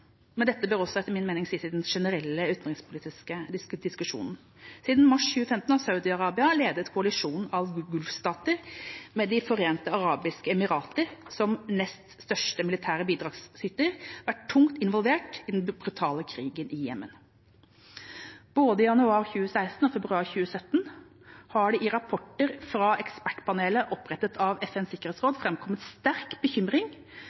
men dette bør også etter min mening sies i den generelle utenrikspolitiske diskusjonen. Siden mars 2015 har en Saudi-Arabia-ledet koalisjon av gulfstater – med De forente arabiske emirater som nest største militære bidragsyter – vært tungt involvert i den brutale krigen i Jemen. Både i januar 2016 og i februar 2017 har det i rapporter fra ekspertpanelet opprettet av FNs sikkerhetsråd framkommet sterk bekymring